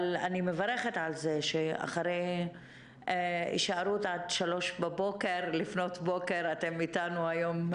אני מברכת על זה שאחרי הישארות עד שלוש לפנות בוקר אתם איתנו היום,